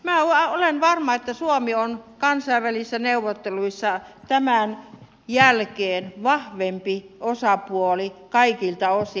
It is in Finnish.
minä olen varma että suomi on kansainvälisissä neuvotteluissa tämän jälkeen vahvempi osapuoli kaikilta osin